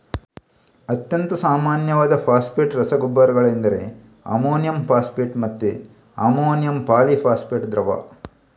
ಅತ್ಯಂತ ಸಾಮಾನ್ಯವಾದ ಫಾಸ್ಫೇಟ್ ರಸಗೊಬ್ಬರಗಳೆಂದರೆ ಅಮೋನಿಯಂ ಫಾಸ್ಫೇಟ್ ಮತ್ತೆ ಅಮೋನಿಯಂ ಪಾಲಿ ಫಾಸ್ಫೇಟ್ ದ್ರವ